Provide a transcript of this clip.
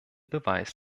beweis